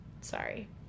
Sorry